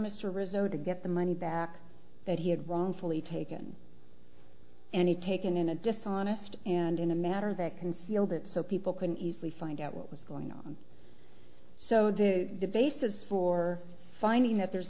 rizzo to get the money back that he had wrongfully taken any taken in a dishonest and in a matter that concealed it so people can easily find out what was going on so do the basis for finding that there